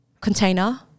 container